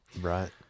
right